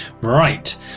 Right